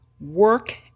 work